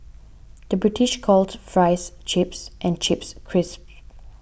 the British calls Fries Chips and Chips Crisps